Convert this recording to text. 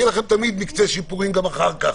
יהיה לכם תמיד מקצה שיפורים גם אחר כך,